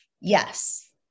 yes